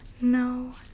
No